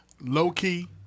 low-key